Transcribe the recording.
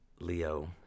Leo